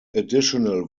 additional